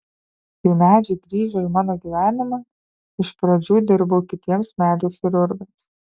kai medžiai grįžo į mano gyvenimą iš pradžių dirbau kitiems medžių chirurgams